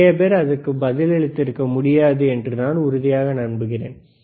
நிறைய பேர் அதற்கு பதில் அளித்திருக்க முடியாது என்று நான் உறுதியாக நம்புகிறேன்